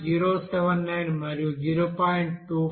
079 మరియు 0